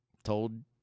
Told